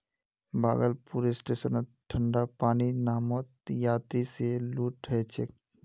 भागलपुर स्टेशनत ठंडा पानीर नामत यात्रि स लूट ह छेक